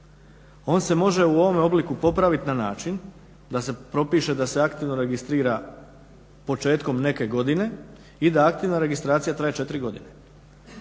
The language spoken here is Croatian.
On se može u ovom obliku popraviti na način da se propiše da se aktivno registrira početkom neke godine i da aktivna registracija traje 4 godine.